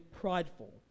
prideful